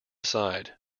aside